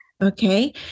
Okay